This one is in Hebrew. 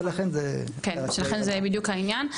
ולכן זה --- לכן זה בדיוק העניין.